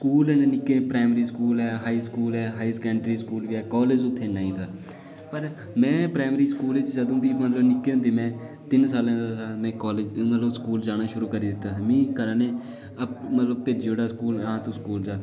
उत्थै स्कूल ऐ निक्कै प्राइमरी स्कूल ऐ हाई स्कूल ऐ हाई सकैंडरी स्कूल बी ऐ कालेज उत्थै नेईं हा पर में प्राइमरी स्कूल च जदूं दी निक्के होंदे में तीन सालें दा हा में कालेज मतलब स्कूल जाना शुरू करी दित्ता हा मिगी घरा आह्लें भेजी ओड़ेआ स्कूल आं तूं स्कूल जा